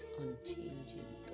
unchanging